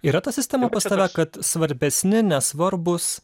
yra ta sistema pas tave kad svarbesni nesvarbūs